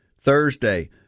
Thursday